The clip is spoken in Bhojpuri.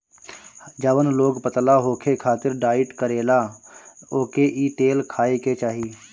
जवन लोग पतला होखे खातिर डाईट करेला ओके इ तेल खाए के चाही